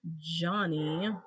Johnny